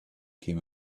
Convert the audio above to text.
came